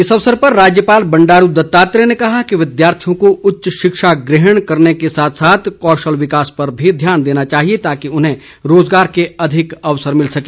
इस अवसर पर राज्यपाल बंडारू दत्तात्रेय ने कहा कि विद्यार्थियों को उच्च शिक्षा ग्रहण करने के साथ साथ कौशल विकास पर भी ध्यान देना चाहिए ताकि उन्हें रोजगार के अधिक अवसर मिल सके